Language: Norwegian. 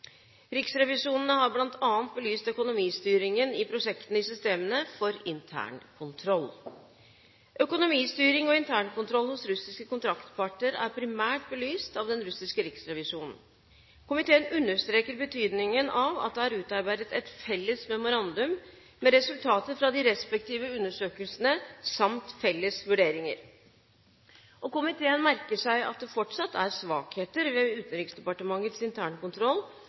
har bl.a. belyst økonomistyringen i prosjektene i systemene for internkontroll. Økonomistyring og internkontroll hos russiske kontraktparter er primært belyst av den russiske riksrevisjonen. Komiteen understreker betydningen av at det er utarbeidet et felles memorandum med resultater fra de respektive undersøkelsene samt felles vurderinger. Komiteen merker seg at det fortsatt er svakheter ved Utenriksdepartementets internkontroll